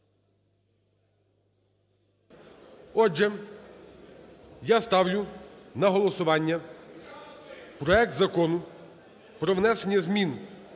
Отже, я ставлю на голосування проект Закону про внесення змін